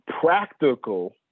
practical